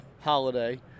holiday